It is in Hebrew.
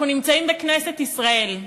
אנחנו נמצאים בכנסת ישראל.